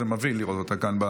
זה מבהיל לראות אותה כאן.